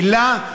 מילה,